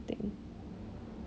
thing